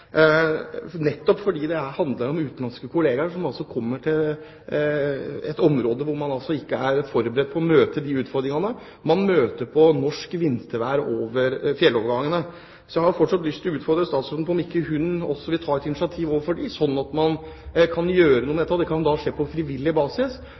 forberedt på de utfordringene man møter med norsk vintervær over fjellovergangene. Jeg har derfor lyst til å utfordre statsråden på om hun ikke også vil ta et initiativ overfor dem, sånn at man kan gjøre noe med